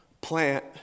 plant